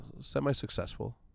semi-successful